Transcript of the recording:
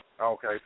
Okay